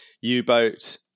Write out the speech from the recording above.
U-boat